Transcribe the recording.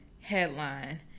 headline